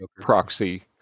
proxy